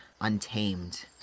untamed